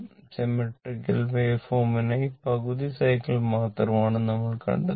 symmetrical വാവേഫോംനായി പകുതി cycle മാത്രമാണ് നമ്മൾ കണ്ടെത്തുന്നത്